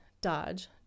Dodge